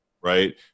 right